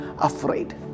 afraid